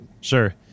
Sure